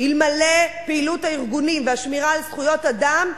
אלמלא פעילות הארגונים והשמירה על זכויות אדם,